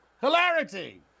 Hilarity